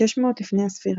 600 לפני הספירה.